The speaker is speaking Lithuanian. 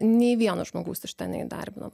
nei vieno žmogaus iš ten neįdarbinom